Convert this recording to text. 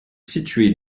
située